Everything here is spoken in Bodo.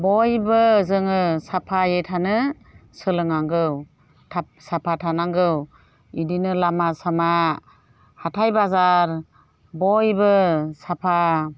बयबो जोङो साफायै थानो सोलोंनांगौ थाब साफा थानांगौ बेदिनो लामा सामा हाथाइ बाजार बयबो साफा